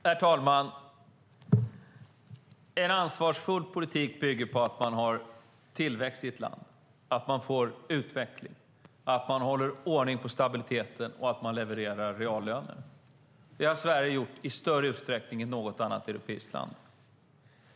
Herr talman! En ansvarsfull politik bygger på att man har tillväxt i ett land, att man får utveckling, att man håller ordning på stabiliteten och att man levererar reallöner. Det har Sverige gjort i större utsträckning än något annat europeiskt land.